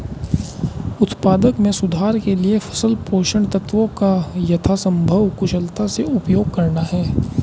उत्पादकता में सुधार के लिए फसल पोषक तत्वों का यथासंभव कुशलता से उपयोग करना है